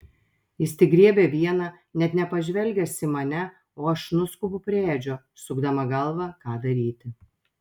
jis tik griebia vieną net nepažvelgęs į mane o aš nuskubu prie edžio sukdama galvą ką daryti